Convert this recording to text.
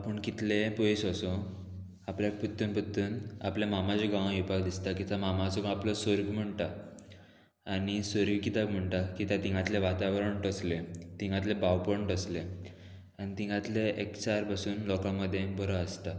आपूण कितलें पयस वोसो आपल्या पोत्तून पोत्तून आपल्या मामाच्या गांवां येवपाक दिसता कित्या मामाचो आपलो सोर्ग म्हुणटा आनी सोर्ग कित्याक म्हणटा कित्या थिंगांतलें वातावरण तसलें तिंगांतलें भावपण तसलें आनी तिंगांतलें एकचार बसून लोकां मदें बरो आसता